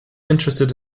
interested